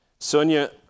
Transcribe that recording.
Sonia